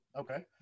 Okay